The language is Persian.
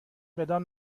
بدان